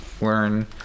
learn